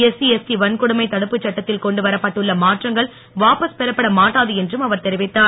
SC ST வன்கொடுமை தடுப்பு சட்டத்தில் கொண்டு வரப்பட்டுள்ள மாற்றங்கள் வாபாஸ் பெறப்பட மாட்டாது என்றும் அவர் தெரிவித்தார்